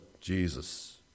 Jesus